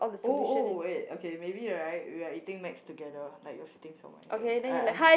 oh oh wait okay maybe right we are eating Mac's together like you are sitting somewhere and then I I'm sitting